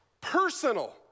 personal